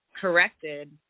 corrected